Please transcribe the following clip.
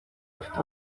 bafite